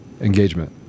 engagement